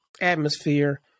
atmosphere